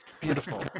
Beautiful